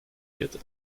wird